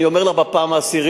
אני אומר לך בפעם העשירית,